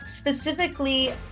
Specifically